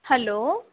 hello